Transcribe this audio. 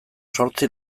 zortzi